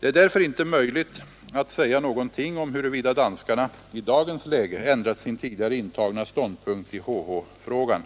Det är därför inte möjligt att säga någonting om huruvida danskarna i dagens läge ändrat sin tidigare intagna ståndpunkt i HH-frågan.